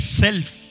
self